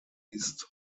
ist